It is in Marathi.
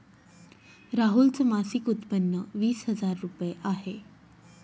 राहुल च मासिक उत्पन्न वीस हजार रुपये आहे